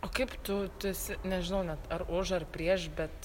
o kaip tu tu esi nežinau net ar už ar prieš bet